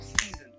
season